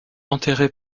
enterré